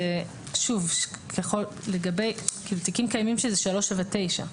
האחראי, תיקים קיימים שזה 3 ו-9,